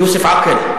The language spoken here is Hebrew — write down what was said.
יוסף עאקל,